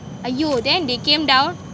!aiyo! and then they came down